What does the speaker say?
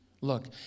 Look